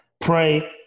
Pray